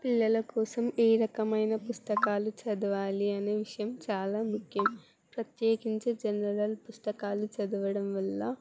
పిల్లల కోసం ఏ రకమైన పుస్తకాలు చదవాలి అనే విషయం చాలా ముఖ్యం ప్రత్యేకించ జనరల్ పుస్తకాలు చదవడం వల్ల